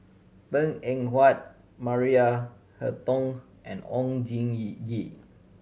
Png Eng Huat Maria Hertogh and Oon Jin Yee Gee